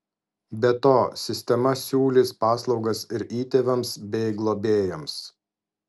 be to sistema siūlys paslaugas ir įtėviams bei globėjams